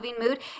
mood